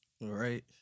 Right